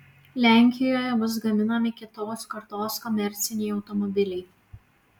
lenkijoje bus gaminami kitos kartos komerciniai automobiliai